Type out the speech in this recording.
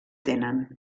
tenen